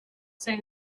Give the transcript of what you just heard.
say